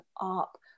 up